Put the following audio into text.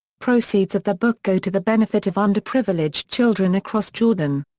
proceeds of the book go to the benefit of underprivileged children across jordan.